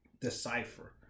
decipher